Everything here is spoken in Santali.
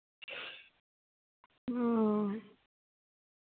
ᱦᱩᱸ